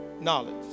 knowledge